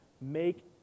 make